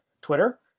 Twitter